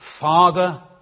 Father